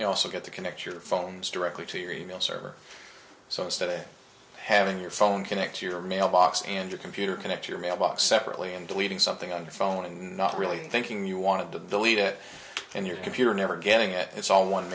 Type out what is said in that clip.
you also get to connect your phones directly to your e mail server so stay having your phone connect your mailbox and your computer connect your mailbox separately and believing something on the phone and not really thinking you want to believe it and your computer never getting it it's all one